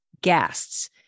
guests